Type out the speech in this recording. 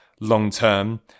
long-term